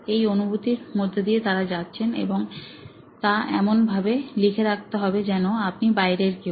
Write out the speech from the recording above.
এই অনুভূতির মধ্য দিয়ে তারা যাচ্ছেন এবং তা এমন ভাবে লিখে রাখা যেন আপনি বাইরের কেউ